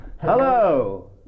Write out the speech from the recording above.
Hello